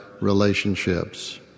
relationships